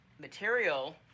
material